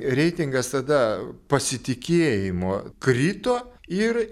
reitingas tada pasitikėjimo krito ir